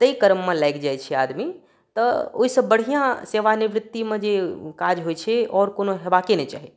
ताहि क्रममे लागि जाइत छै आदमी तऽ ओहिसँ बढ़िआँ सेवा निवृत्तिमे जे काज होइत छै आओर कोनो हेबाक नहि चाही